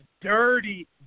dirty